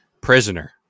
prisoner